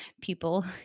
people